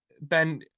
Ben